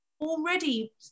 already